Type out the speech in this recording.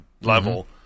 level